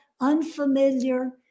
unfamiliar